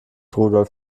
rudolf